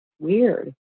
weird